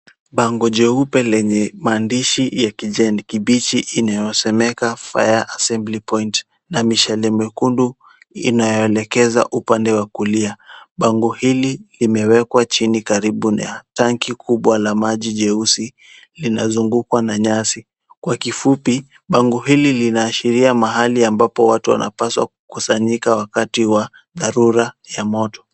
Bango jeupe lenye maandishi ya kijani kibichi inayosomeka fire assembly point , na mishale miekundu inayoelekeza upande wa kulia. Bango hili limewekwa chini karibu na tanki kubwa la maji jeusi, linalozungukwa na nyasi. Kwa kifupi, bango hili la ashiria mahali ambapo watu wanapaswa kukusanyika wakati wa dharura ya moto.